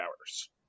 hours